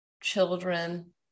children